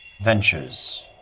ventures